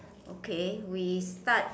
okay we start